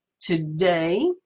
today